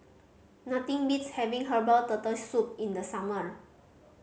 nothing beats having herbal Turtle Soup in the summer